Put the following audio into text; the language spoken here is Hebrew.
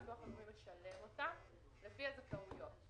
הביטוח הלאומי משלם אותם לפי הזכאויות.